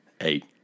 Eight